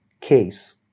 case